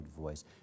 voice